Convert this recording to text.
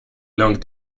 long